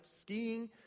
skiing